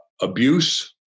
abuse